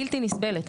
בלתי נסבלת.